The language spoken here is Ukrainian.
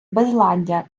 безладдя